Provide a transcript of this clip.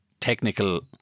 technical